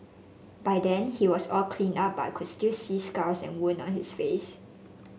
by then he was all cleaned up but I could still see scars and wound on his face